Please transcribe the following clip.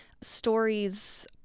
stories